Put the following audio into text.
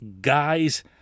guys